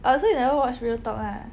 oh so you never watch Real Talk lah